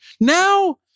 Now